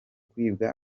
kwiba